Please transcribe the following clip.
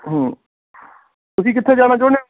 ਤੁਸੀਂ ਕਿੱਥੇ ਜਾਣਾ ਚਾਹੁੰਦੇ ਹੋ